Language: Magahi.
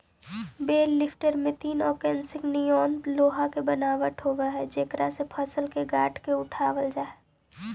बेल लिफ्टर में तीन ओंकसी निअन लोहा के बनावट होवऽ हई जेकरा से फसल के गाँठ के उठावल जा हई